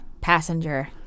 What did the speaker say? passenger